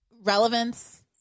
relevance